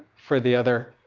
for the other.